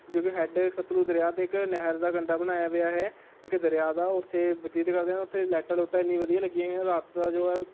ਜੋ ਕਿ ਹੈੱਡ ਸਤਲੁਜ ਦਰਿਆ 'ਤੇ ਇੱਕ ਨਹਿਰ ਦਾ ਕੰਢਾ ਬਣਾਇਆ ਹੋਇਆ ਹੈ ਇੱਕ ਦਰਿਆ ਦਾ ਉੱਥੇ ਬਤੀਤ ਕਰਦੇ ਹਨ ਉੱਥੇ ਲੈਟਾ ਲੂਟਾਂ ਐਨੀ ਵਧੀਆ ਲੱਗੀਆਂ ਹੋਈਆਂ ਹਨ ਰਾਤ ਦਾ ਜੋ ਹੈ ਉਹ